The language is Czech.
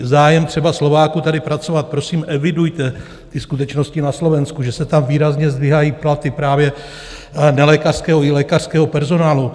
Zájem třeba Slováků tady pracovat, prosím, evidujte ty skutečnosti na Slovensku, že se tam výrazně zdvihají platy právě nelékařského i lékařského personálu.